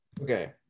Okay